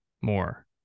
more